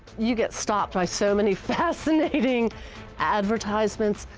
you get stopped by so many fascinating advertisements,